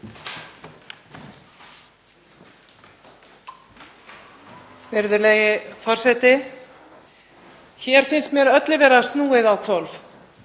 Virðulegi forseti. Hér finnst mér öllu snúið á hvolf.